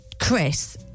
chris